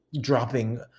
dropping